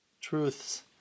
Truths